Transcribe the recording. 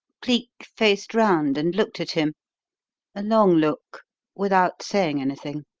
cleek faced round and looked at him a long look without saying anything,